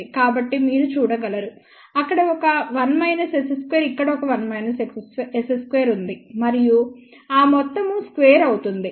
కాబట్టి మీరు చూడగలరు అక్కడ ఒక 1 S 2 ఇక్కడ ఒక 1 S 2 ఉంది మరియు ఆ మొత్తము స్క్వేర్ అవుతుంది